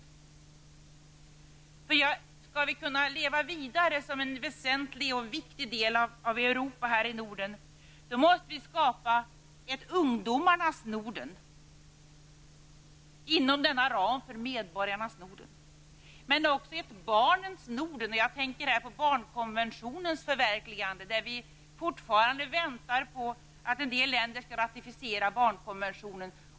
Om vi här i Norden skall kunna leva vidare som en väsentlig och viktig del av Europa, måste vi skapa ett ungdomarnas Norden inom ramen för medborgarnas Norden. Vi måste också skapa ett barnens Norden. Jag tänker här på barnkonventionens förverkligande -- vi väntar fortfarande på att en del länder skall ratificera barnkonventionen.